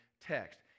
text